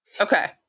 Okay